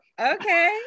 Okay